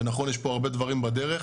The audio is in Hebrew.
ונכון שיש פה הרבה דברים בדרך,